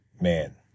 man